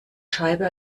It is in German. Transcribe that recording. scheibe